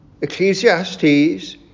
Ecclesiastes